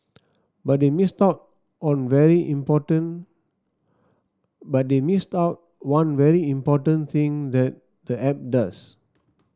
but they missed out on very important but they missed out one very important thing that the app does